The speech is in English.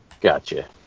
Gotcha